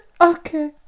Okay